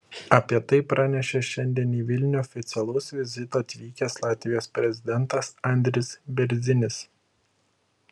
apie tai pranešė šiandien į vilnių oficialaus vizito atvykęs latvijos prezidentas andris bėrzinis